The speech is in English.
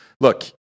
Look